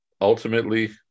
ultimately